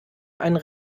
einen